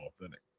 authentic